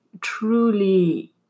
truly